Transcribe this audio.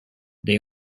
they